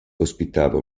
ospitava